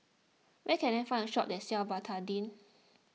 where can I find a shop that sells Betadine